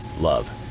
love